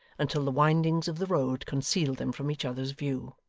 until the windings of the road concealed them from each other's view.